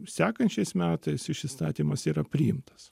sekančiais metais šis įstatymas yra priimtas